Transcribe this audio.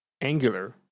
Angular